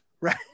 right